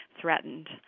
threatened